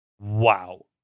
wow